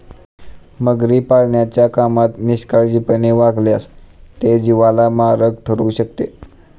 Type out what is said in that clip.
मगरी पाळण्याच्या कामात निष्काळजीपणाने वागल्यास ते जीवाला मारक ठरू शकते